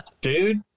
dude